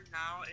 now